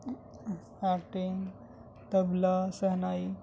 party طبلہ شہنائی